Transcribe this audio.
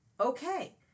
Okay